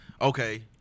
Okay